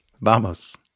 vamos